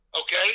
okay